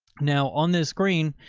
now on this screen,